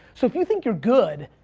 so if you think you're good,